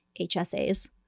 HSAs